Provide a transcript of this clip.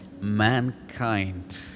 mankind